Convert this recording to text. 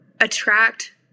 attract